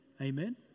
Amen